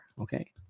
okay